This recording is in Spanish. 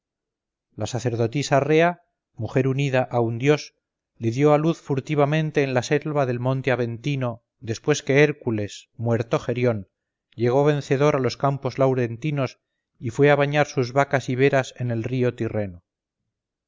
la sacerdotisa rea mujer unida a un dios le dio a luz furtivamente en la selva del monte aventino después que hércules muerto gerión llegó vencedor a los campos laurentinos y fue a bañar sus vacas iberas en el río tirreno